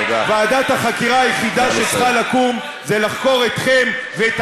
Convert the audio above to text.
ועדת החקירה היחידה שצריכה לקום זה לחקור אתכם ואת